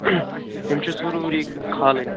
تِم چھِ ضروٗری کھالٕنۍ